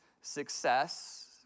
success